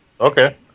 Okay